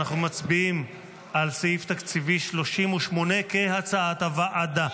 אנחנו מצביעים על סעיף תקציבי 38 כהצעת הוועדה.